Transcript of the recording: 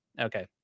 Okay